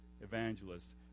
evangelists